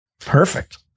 Perfect